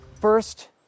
First